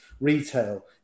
retail